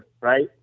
right